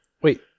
Wait